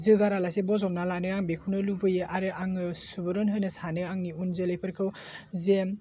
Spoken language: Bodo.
जोगारा लासे बजबना लानो आं बेखौनो लुबैयो आरो आङो सुबुरुन होनो सानो आंनि उन जोलैफोरखौ जेन